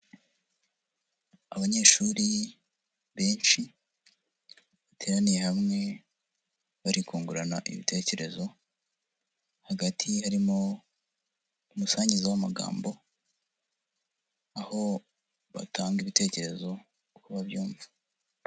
Abanyeshuri benshi bateraniye hamwe bari kungurana ibitekerezo, hagati harimo umusangiza w'amagambo, aho batanga ibitekerezo uko babyumva.